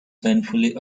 painfully